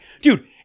dude